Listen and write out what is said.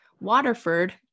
Waterford